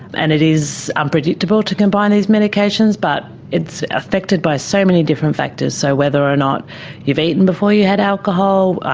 and it is unpredictable to combine these medications, but it's affected by so many different factors, so whether or not you've eaten before you had alcohol,